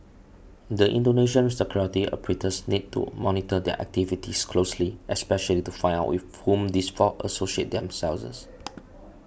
the Indonesian security apparatus needs to monitor their activities closely especially to find out with whom these four associate themselves